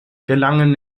gelangen